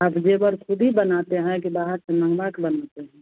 आप ज़ेवर खुद ही बनाते हैं कि बाहर से मँगवाकर बनाते हैं